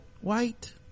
white